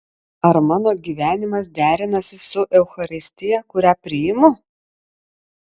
ar mano gyvenimas derinasi su eucharistija kurią priimu